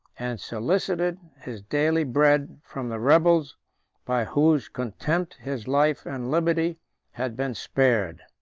and solicited his daily bread from the rebels by whose contempt his life and liberty had been spared.